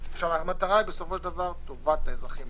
המטרה היא בסופו של דבר טובת האזרחים.